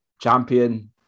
champion